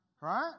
Right